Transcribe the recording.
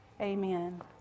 amen